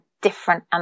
different